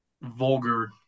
vulgar